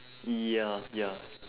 ya ya